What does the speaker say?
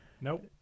Nope